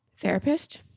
therapist